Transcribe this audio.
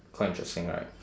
quite interesting right